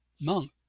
monk